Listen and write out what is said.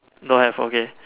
don't have okay